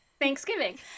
Thanksgiving